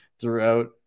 throughout